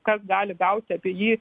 kas gali gauti apie jį